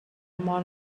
مار